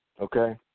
Okay